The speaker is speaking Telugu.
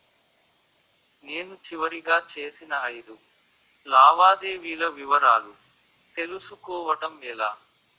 నేను చివరిగా చేసిన ఐదు లావాదేవీల వివరాలు తెలుసుకోవటం ఎలా?